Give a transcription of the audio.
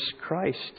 Christ